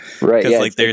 Right